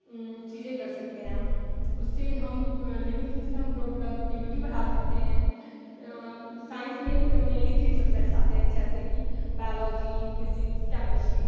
चीज़ें कर सकते हैं उससे हम लिविंग थिंग्स से हम प्रोडक्टिविटी बढ़ा सकते हैं साइंस में मैनली थ्री सब्जेक्ट्स आते हैं जैसे कि बायोलोजी फिज़िक्स केमिस्ट्री